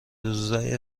روزای